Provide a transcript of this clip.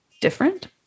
different